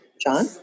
John